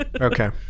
Okay